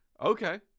Okay